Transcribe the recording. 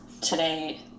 today